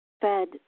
fed